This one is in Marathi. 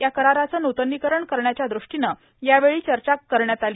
या कराराचं नूतनीकरण करण्याच्या द्रष्टीनं यावेळी चर्चा झाली